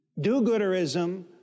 do-gooderism